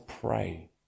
pray